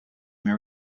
them